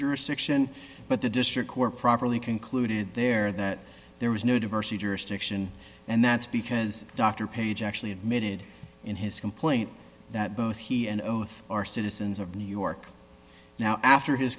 jurisdiction but the district court properly concluded there that there was no diversity jurisdiction and that's because dr page actually admitted in his complaint that both he and oath are citizens of new york now after his